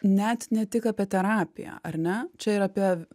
net ne tik apie terapiją ar ne čia ir apie